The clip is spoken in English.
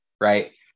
right